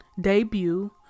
debut